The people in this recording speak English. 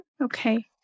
Okay